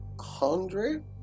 hundred